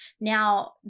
Now